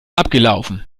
abgelaufen